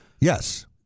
Yes